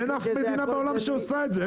אין אף מדינה בעולם שעושה את זה.